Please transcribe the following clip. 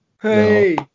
Hey